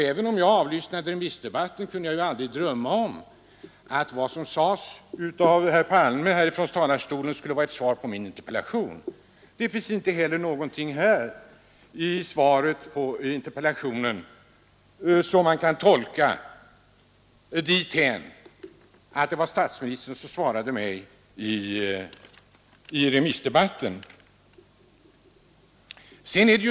Även om jag avlyssnade remissdebatten kunde jag inte drömma om att vad herr Palme sade från talarstolen skulle vara ett svar på min interpellation. Det finns inte heller någonting i svaret som man kan tolka så att statsministern hade svarat mig i remissdebatten.